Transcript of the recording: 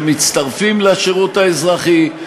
שמצטרפים לשירות האזרחי,